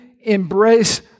embrace